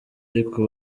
ariko